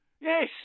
yes